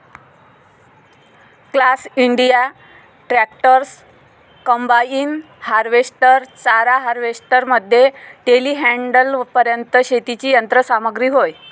class India tractors, combine harvester, चारा harvester मध्ये टेलीहँडलरपर्यंत शेतीची यंत्र सामग्री होय